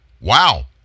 Wow